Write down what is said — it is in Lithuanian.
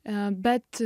e bet